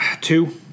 Two